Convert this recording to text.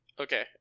Okay